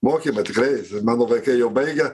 mokymą tikrai mano vaikai jau baigę